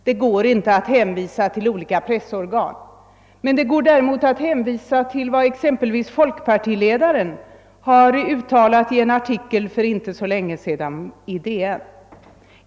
Det går inte att hänvisa till olika pressorgan, men det går däremot att hänvisa till vad exempelvis folkpartiledaren har uttalat i en artikel för inte så länge sedan i DN.